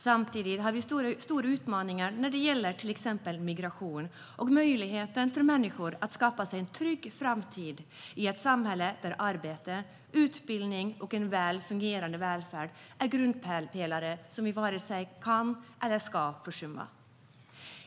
Samtidigt har vi stora utmaningar när det gäller till exempel migration och möjligheten för människor att skapa sig en trygg framtid i ett samhälle där arbete, utbildning och en väl fungerande välfärd är grundpelare som vi varken kan eller ska försumma.